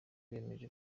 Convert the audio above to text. bemeje